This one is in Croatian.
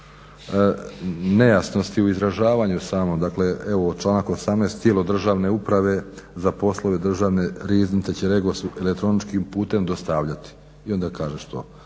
nejasnosti u izražavanju samom. Dakle, evo članak 18. tijelo državne uprave za poslove Državne riznice će REGOS-u elektroničkim putem dostavljati i onda kaže što: